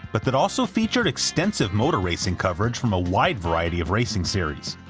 but that also featured extensive motor racing coverage from a wide variety of racing series.